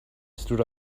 stood